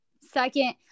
Second